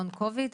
הלונג קוביד.